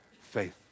faith